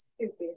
stupid